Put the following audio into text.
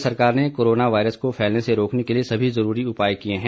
राज्य सरकार ने कोरोना वायरस को फैलने से रोकने के लिए सभी जरूरी उपाय किए हैं